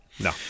No